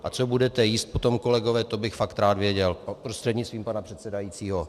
A co budete jíst potom, kolegové, to bych fakt rád věděl, prostřednictvím pana předsedajícího.